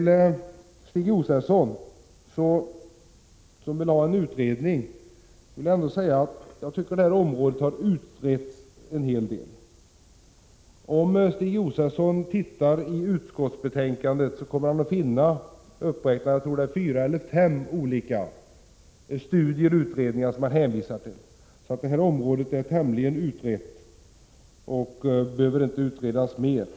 Till Stig Josefson, som vill ha en utredning av dessa frågor, vill jag säga att detta område har utretts en hel del. Om Stig Josefson studerar utskottsbetänkandet kommer han att finna att man där hänvisar till fyra eller fem olika studier eller utredningar. Detta område är tämligen utrett och behöver alltså inte utredas ytterligare.